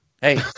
Hey